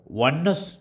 oneness